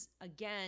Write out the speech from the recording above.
again